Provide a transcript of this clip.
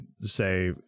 say